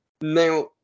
Now